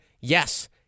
yes